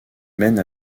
mène